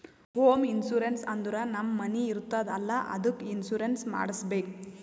home insurance ಅಂದುರ್ ನಮ್ ಮನಿ ಇರ್ತುದ್ ಅಲ್ಲಾ ಅದ್ದುಕ್ ಇನ್ಸೂರೆನ್ಸ್ ಮಾಡುಸ್ಬೇಕ್